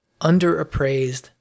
underappraised